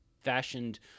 fashioned